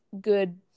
good